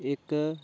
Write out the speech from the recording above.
इक